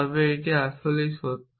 তবে এটি আসলেই সত্য